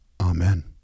Amen